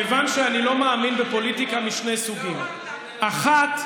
כיוון שאני לא מאמין בפוליטיקה משני סוגים: אחת,